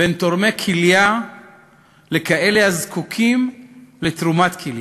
בין תורמי כליה לכאלה הזקוקים לתרומת כליה.